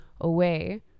away